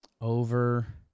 Over